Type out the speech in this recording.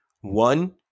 one